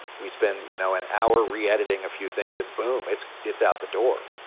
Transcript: we spend, you know, an hour re-editing a few things, and, boom, it's it's out the door.